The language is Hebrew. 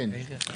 כן.